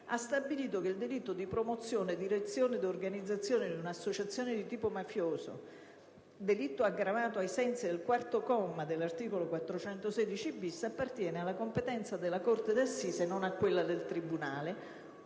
ha stabilito che il delitto di promozione, direzione od organizzazione di un'associazione di tipo mafioso, aggravato ai sensi del comma 4 dell'articolo 416-*bis*, appartiene alla competenza della corte d'assise e non a quella del tribunale,